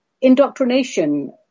indoctrination